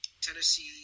Tennessee